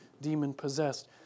demon-possessed